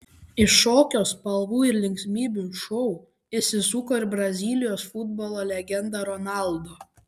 į šokio spalvų ir linksmybių šou įsisuko ir brazilijos futbolo legenda ronaldo